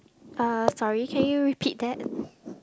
uh sorry can you repeat that